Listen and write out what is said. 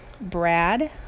Brad